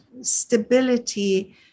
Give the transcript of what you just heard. stability